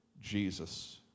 Jesus